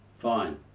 Fine